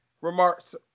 remarks